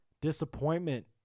Disappointment